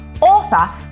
author